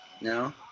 No